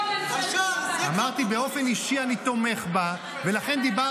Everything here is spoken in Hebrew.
יש עתיד, כל המטרה שלהם היא לסכסך ולפלג.